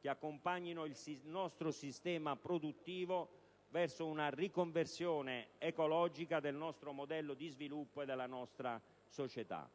che accompagnino il nostro sistema produttivo verso una riconversione ecologica del nostro modello di sviluppo e della nostra società.